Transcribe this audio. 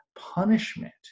punishment